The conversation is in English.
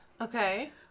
Okay